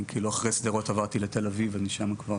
אחרי שדרות עברתי לתל אביב, ואני שם כבר